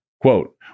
Quote